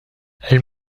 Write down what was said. elle